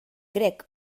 grec